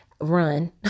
run